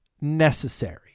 necessary